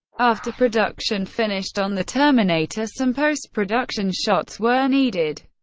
after production finished on the terminator, some post-production shots were needed.